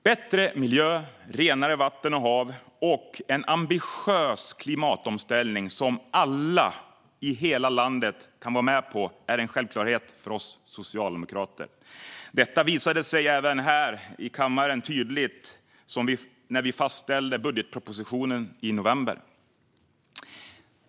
Bättre miljö, renare vatten och hav och en ambitiös klimatomställning som alla i hela landet kan vara med på är självklarheter för oss socialdemokrater. Detta visade sig tydligt här i kammaren i november, när vi fastställde budgetpropositionen.